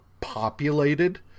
populated